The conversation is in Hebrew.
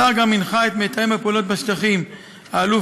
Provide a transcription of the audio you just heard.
השר גם הנחה את מתאם הפעולות בשטחים האלוף